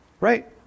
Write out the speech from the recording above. Right